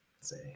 Say